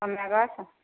ତମେ ଆଗ ଆସ